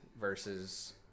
versus